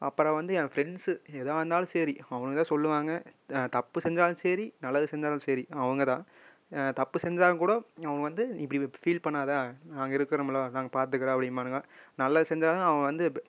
அப்புறம் வந்து ஏன் ஃப்ரெண்ட்ஸு எதாக இருந்தாலும் சரி அவங்க தான் சொல்லுவாங்க நான் தப்பு செஞ்சாலும் சரி நல்லது செஞ்சாலும் சரி அவங்கதான் தப்பு செஞ்சாலும் கூட நான் வந்து இப்படி ஒரு ஃபீல் பண்ணாத நாங்கள் இருக்கிறோமுல நாங்கள் பார்த்துக்குறோம் அப்படின்பானுங்க நல்லது செஞ்சாலும் அவங்க வந்து எப்படி